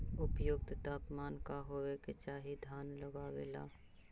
उपयुक्त तापमान का होबे के चाही धान लगावे ला?